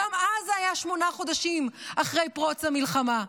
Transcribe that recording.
גם אז זה היה שמונה חודשים אחרי פרוץ המלחמה.